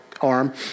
arm